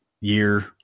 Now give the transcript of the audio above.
year